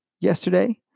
Yesterday